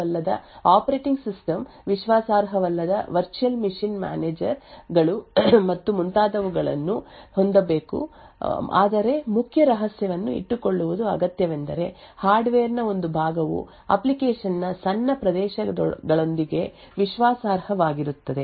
ಆದ್ದರಿಂದ ನೀವು ಇನ್ನೂ ವಿಶ್ವಾಸಾರ್ಹವಲ್ಲದ ಆಪರೇಟಿಂಗ್ ಸಿಸ್ಟಮ್ ವಿಶ್ವಾಸಾರ್ಹವಲ್ಲದ ವರ್ಚುಯಲ್ ಮೆಷಿನ್ ಮ್ಯಾನೇಜರ್ ಗಳು ಮತ್ತು ಮುಂತಾದವುಗಳನ್ನು ಹೊಂದಬಹುದು ಆದರೆ ಮುಖ್ಯ ರಹಸ್ಯವನ್ನು ಇಟ್ಟುಕೊಳ್ಳುವುದು ಅಗತ್ಯವೆಂದರೆ ಹಾರ್ಡ್ವೇರ್ನ ಒಂದು ಭಾಗವು ಅಪ್ಲಿಕೇಶನ್ ನ ಸಣ್ಣ ಪ್ರದೇಶಗಳೊಂದಿಗೆ ವಿಶ್ವಾಸಾರ್ಹವಾಗಿರುತ್ತದೆ